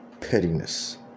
pettiness